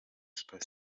super